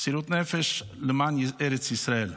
מסירות נפש למען ארץ ישראל,